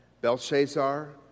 Belshazzar